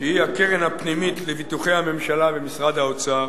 שהיא הקרן הפנימית לביטוחי הממשלה במשרד האוצר,